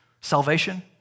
salvation